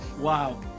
wow